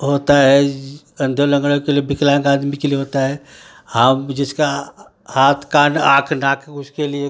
होता है अंधों लंगड़ों के लिए विकलांग आदमी के लिए होता है हम जिसका हाथ कान आँख नाक उसके लिए